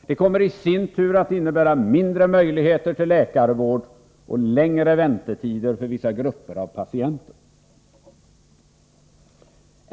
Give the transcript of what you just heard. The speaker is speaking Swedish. Detta kommer i sin tur att innebära mindre möjligheter till läkarvård och längre väntetider för vissa grupper av patienter.